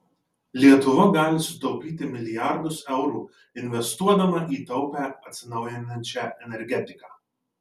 lietuva gali sutaupyti milijardus eurų investuodama į taupią atsinaujinančią energetiką